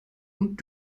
und